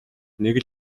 нэг